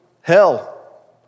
hell